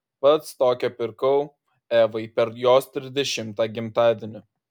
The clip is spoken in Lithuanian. pats tokią pirkau evai per jos trisdešimtą gimtadienį